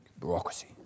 bureaucracy